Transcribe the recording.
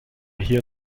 hear